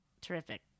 Terrific